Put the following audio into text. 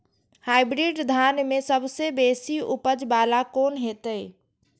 Hybrid धान में सबसे बेसी उपज बाला कोन हेते?